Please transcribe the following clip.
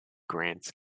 grants